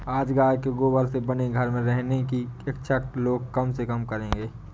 आज गाय के गोबर से बने घर में रहने की इच्छा लोग कम से कम करेंगे